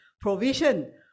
provision